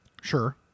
sure